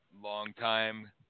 longtime